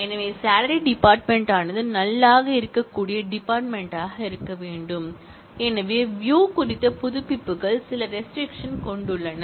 எனவே salary department யானது நல் ஆக இருக்கக்கூடிய டிபார்ட்மென்ட் யாக இருக்க வேண்டும் எனவே வியூ குறித்த புதுப்பிப்புகள் சில ரெஸ்ட்ரிக்ஷன் கொண்டுள்ளன